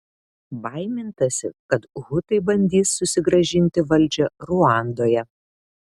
baimintasi kad hutai bandys susigrąžinti valdžią ruandoje